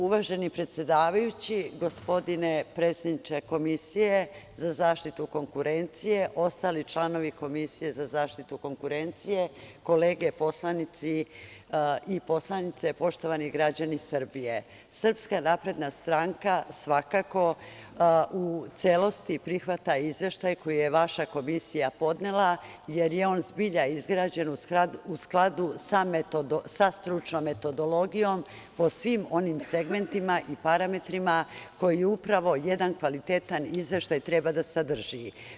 Uvaženi predsedavajući, gospodine predsedniče Komisije za zaštitu konkurencije, ostali članovi Komisije za zaštitu konkurencije, kolege poslanici i poslanice, poštovani građani Srbije, SNS svakako u celosti prihvata izveštaj koji je vaša Komisija podnela, jer je on zbilja izgrađen u skladu sa stručnom metodologijom, po svim onim segmentima i parametrima koje upravo jedan kvalitetan izveštaj treba da sadrži.